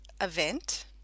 event